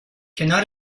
کنار